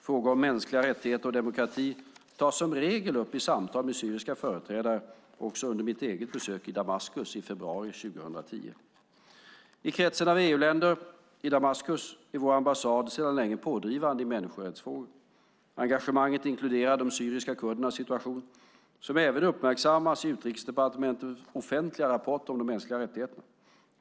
Frågor om mänskliga rättigheter och demokrati tas som regel upp i samtal med syriska företrädare, också under mitt besök i Damaskus i februari 2010. I kretsen av EU-länder i Damaskus är vår ambassad sedan länge pådrivande i människorättsfrågor. Engagemanget inkluderar de syriska kurdernas situation, som även uppmärksammas i Utrikesdepartementets offentliga rapporter om de mänskliga rättigheterna.